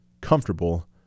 comfortable